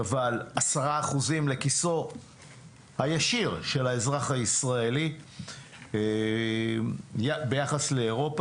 אבל 10% לכיסו הישיר של האזרח הישראלי ביחס לאירופה.